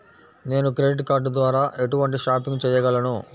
నేను credit card ద్వార ఎటువంటి షాపింగ్ చెయ్యగలను?